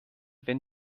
wenn